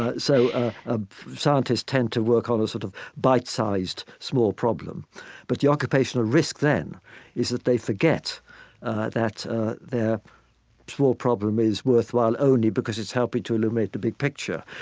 ah so ah scientists tend to work on a sort of bite-sized small problem but the occupational risk then is that they forget that ah their small problem is worthwhile only because it's helping to illuminate the big picture.